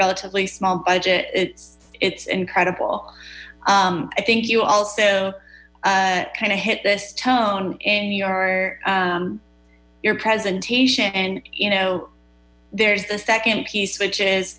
relatively small budget it's incredible i think you also kind of hit this tone in your your presentation and you know there's the second piece which is